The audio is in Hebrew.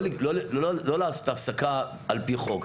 לא לעשות הפסקה על פי חוק.